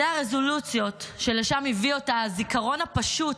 אלה הרזולוציות, לשם הביא אותה הזיכרון הפשוט,